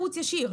ראיתי.